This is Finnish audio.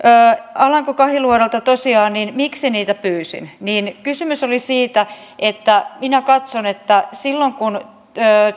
alanko kahiluodolta tosiaan niitä pyysin kysymys oli siitä että minä katson että silloin kun